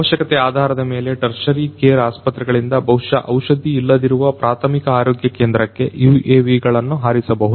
ಅವಶ್ಯಕತೆ ಆಧಾರದ ಮೇಲೆ ಟೆರ್ಶರಿ ಕೇರ್ ಆಸ್ಪತ್ರೆಗಳಿಂದ ಬಹುಶಃ ಔಷಧಿ ಇಲ್ಲದಿರುವ ಪ್ರಾಥಮಿಕ ಆರೋಗ್ಯ ಕೇಂದ್ರಕ್ಕೆ UAV ಗಳನ್ನ ಹಾರಿಸಬಹುದು